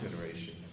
generation